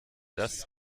das